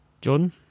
Jordan